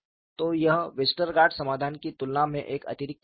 तो यह वेस्टर्गार्ड समाधान की तुलना में एक अतिरिक्त टर्म है